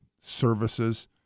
services